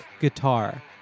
guitar